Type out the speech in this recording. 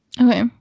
Okay